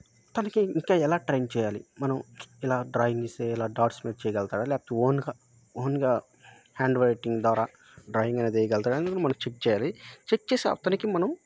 తనికి ఇంకా ఎలా ట్రైన్ చేయాలి మనం ఇలా డ్రాయింగ్ ఇస్తే ఇలా డాట్స్ పెట్టి చేయగలుగుతాాడా లేకపోతే ఓన్గా ఓన్గా హ్యాండ్ రైటింగ్ ద్వారా డ్రాయింగ్ అనేది వేయగలుగుతాడా అనేది మనం చెక్ చేయాలి చెక్ చేసి అతనికి మనం